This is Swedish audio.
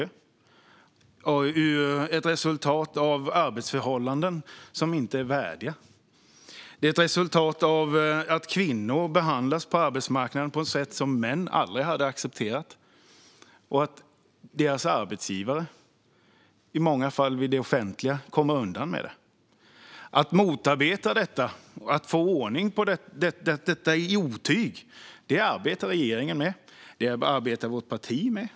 Det är ett resultat av arbetsförhållanden som inte är värdiga. Det är ett resultat av att kvinnor behandlas på ett sätt på arbetsmarknaden som män aldrig skulle acceptera, och det är ett resultat av att deras arbetsgivare - i många fall det offentliga - kommer undan med det. Regeringen arbetar med att få ordning på detta otyg. Vårt parti arbetar med det.